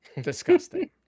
Disgusting